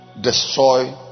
destroy